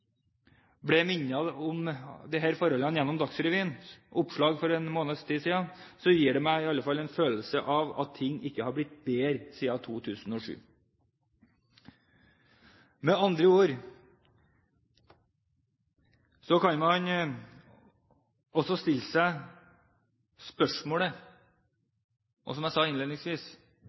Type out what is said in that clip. ble minnet om disse forholdene gjennom Dagsrevyen i et oppslag for en måneds tid siden, gir det meg i alle fall en følelse av at ting ikke har blitt bedre siden 2007. Med andre ord kan man også stille seg spørsmålet – og som jeg sa innledningsvis: